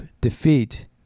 defeat